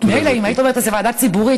מילא אם היית אומרת איזה ועדה ציבורית,